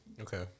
Okay